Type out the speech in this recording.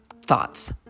thoughts